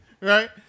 right